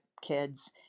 kids